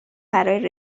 برای